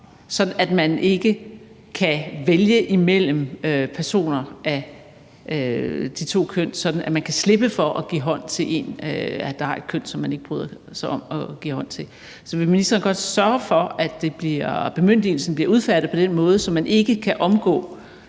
at man ikke kan vælge imellem personer af de to køn, sådan at man kan slippe for at give hånd til en, der har et køn, som man ikke bryder sig om at give hånd til, og vil ministeren godt sørge for, at bemyndigelsen bliver udfærdiget på den måde, så man ikke kan omgå